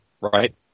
Right